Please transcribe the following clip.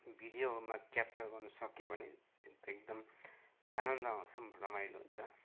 भिडियोमा क्याप्चर गर्नुसक्यो भने त्यो त एकदम आनन्द आउँछ पनि रमाइलो हुन्छ